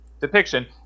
depiction